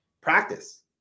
practice